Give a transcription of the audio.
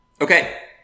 Okay